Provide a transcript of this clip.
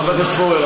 חבר הכנסת פורר,